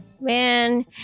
man